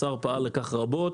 השר פעל לכך רבות